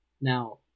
now